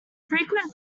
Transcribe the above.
frequent